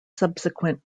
subsequent